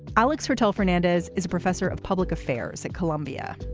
alex fertel fernandez is a professor of public affairs at columbia.